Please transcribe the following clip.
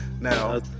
Now